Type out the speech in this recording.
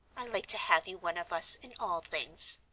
i like to have you one of us in all things.